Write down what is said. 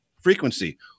frequency